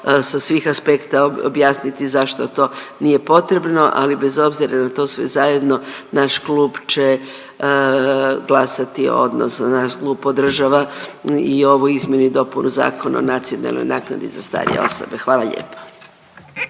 sa svih aspekta objasniti zašto to nije potrebno, ali bez obzira na to sve zajedno naš klub će glasati, odnosno naš klub podržava i ovu izmjenu i dopunu Zakona o nacionalnoj naknadi za starije osobe. Hvala lijepa.